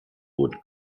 wurden